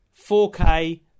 4K